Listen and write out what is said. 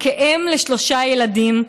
"כאם לשלושה ילדים,